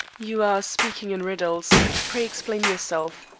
you are speaking in riddles. pray explain yourself.